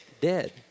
Dead